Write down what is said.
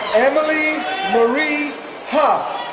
emily marie huff